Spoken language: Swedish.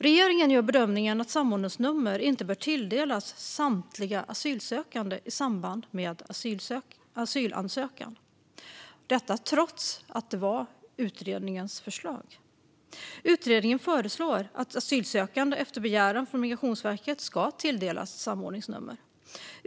Regeringen gör bedömningen att samordningsnummer inte bör tilldelas samtliga asylsökande i samband med asylansökan - detta trots att det var utredningens förslag. Utredningen föreslår att asylsökande efter begäran från Migrationsverket ska tilldelas samordningsnummer.